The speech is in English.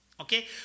Okay